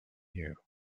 you